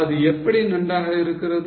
அது எப்படி நன்றாக இருக்கிறது